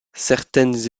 certaines